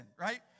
right